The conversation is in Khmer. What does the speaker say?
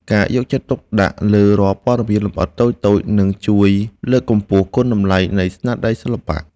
ការយកចិត្តទុកដាក់លើរាល់ព័ត៌មានលម្អិតតូចៗនឹងជួយលើកកម្ពស់គុណតម្លៃនៃស្នាដៃសិល្បៈ។